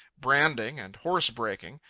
branding, and horse-breaking.